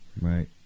Right